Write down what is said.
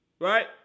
right